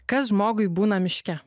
kas žmogui būna miške